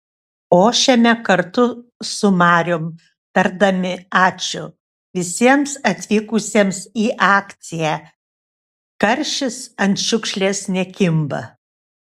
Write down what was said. ošiame kartu su mariom tardami ačiū visiems atvykusiems į akciją karšis ant šiukšlės nekimba